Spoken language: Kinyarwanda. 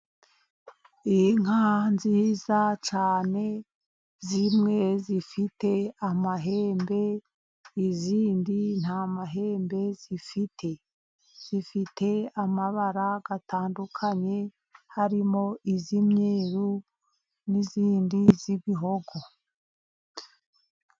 Inka nziza cyane zimwe zifite amahembe izindi nta mahembe zifite, zifite amabara atandukanye harimo iz'imyeru n'izindi z'ibihogo.